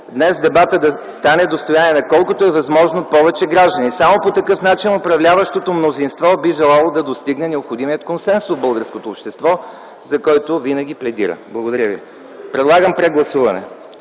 днес дебатът да стане достояние на колкото е възможно повече граждани. Само по такъв начин управляващото мнозинство би желало да достигне необходимият консенсус в българското общество, за който винаги пледира. Предлагам прегласуване.